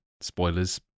Spoilers